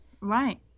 Right